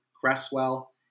Cresswell